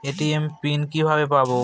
ATM PIN কিভাবে পাবো?